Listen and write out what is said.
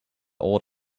old